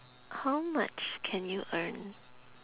how much can you earn